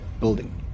building